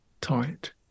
tight